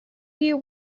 you